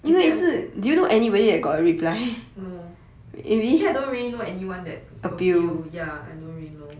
is there a no actually I don't really know anyone that appeal ya